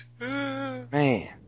Man